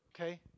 okay